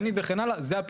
עכשיו זה איננו.